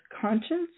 conscience